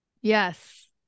Yes